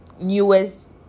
newest